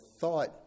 thought